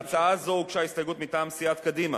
להצעה זו הוגשה הסתייגות מטעם סיעת קדימה,